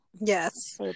Yes